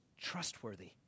trustworthy